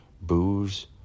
booze